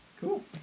cool